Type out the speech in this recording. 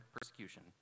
persecution